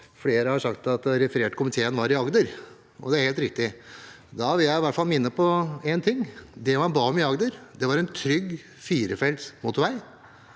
Flere har referert til at komiteen var i Agder. Det er helt riktig. Da vil jeg i hvert fall minne om én ting. Det man ba om i Agder, var en trygg firefelts motorvei